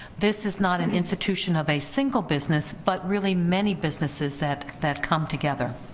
this is not an institution of a single business, but really many businesses that that come together.